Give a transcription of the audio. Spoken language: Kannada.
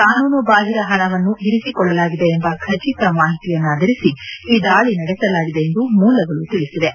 ಕಾನೂನುಬಾಹಿರ ಹಣವನ್ನು ಮತು ಇರಿಸಿಕೊಳ್ಳಲಾಗಿದೆ ಎಂಬ ಖಚಿತ ಮಾಹಿತಿಯನ್ನಾಧರಿಸಿ ಈ ದಾಳಿ ನಡೆಸಲಾಗಿದೆ ಎಂದು ಮೂಲಗಳು ತಿಳಿಸಿವೆ